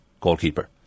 goalkeeper